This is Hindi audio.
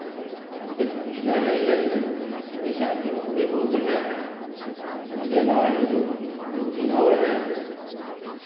उनके तो पूछने नहीं हैं सभी साथी वो भी बहुत बढ़ियाँ हैं उसके अलावा ये जो दो तीन और हैं